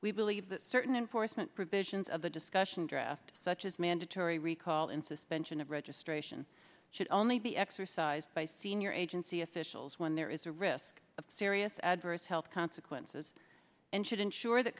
we believe that certain enforcement provisions of the discussion draft such as mandatory recall and suspension of registration should only be exercised by senior agency officials when there is a risk of serious adverse health consequences and should ensure that